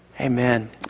Amen